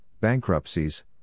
bankruptcies